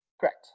Correct